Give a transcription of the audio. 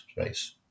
space